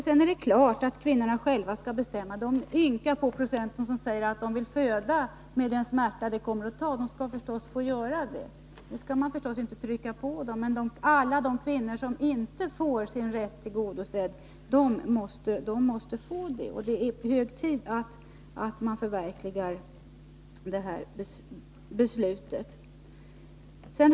Sedan är det klart att kvinnorna själva skall få bestämma. De få procent kvinnor som säger att de vill föda med den smärta som kommer att uppstå skall naturligtvis få göra det. Man skall naturligtvis inte tvinga på dem lindring. Men alla de kvinnor som inte får sin rätt tillgodosedd måste få det. Det är hög tid att förverkliga detta beslut.